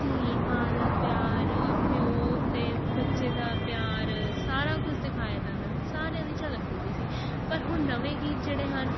ਧੀ ਮਾਂ ਦਾ ਪਿਆਰ ਪਿਓ ਤੇ ਬੱਚੇ ਦਾ ਪਿਆਰ ਸਾਰਾ ਕੁਛ ਦਿਖਾਇਆ ਜਾਂਦਾ ਸੀ ਸਾਰਿਆਂ ਦੀ ਝਲਕ ਮਿਲਦੀ ਸੀ ਪਰ ਹੁਣ ਨਵੇਂ ਗੀਤ ਜਿਹੜੇ ਹਨ